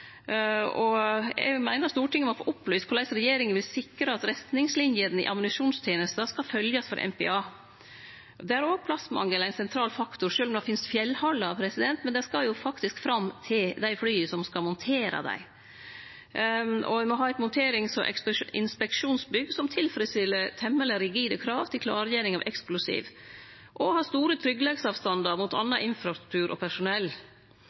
og eg meiner Stortinget må få opplyst korleis regjeringa vil sikre at retningslinene i ammunisjonstenesta skal følgjast for MPA. Der er òg plassmangel ein sentral faktor, sjølv om det finst fjellhallar, for det skal jo faktisk fram til dei flya som skal montere dei. Me må ha eit monterings- og inspeksjonsbygg som tilfredsstiller temmeleg rigide krav til klargjering av eksplosiv og har store tryggleiksavstandar mot annan infrastruktur og personell.